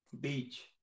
Beach